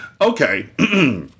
Okay